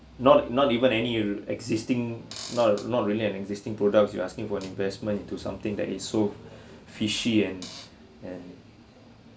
not not even any existing not not really an existing products you asking for investment into something that is so fishy and and